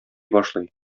башлый